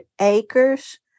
acres